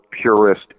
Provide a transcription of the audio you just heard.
purist